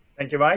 thank you, mike.